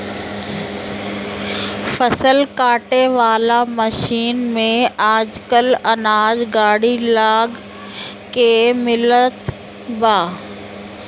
फसल काटे वाला मशीन में आजकल अनाज गाड़ी लग के मिलत बा